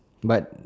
but